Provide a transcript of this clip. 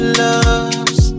loves